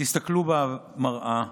תסתכלו במראה,